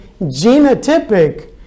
genotypic